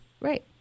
Right